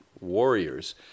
warriors